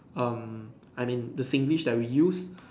um I mean the Singlish that we use